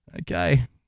Okay